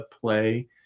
play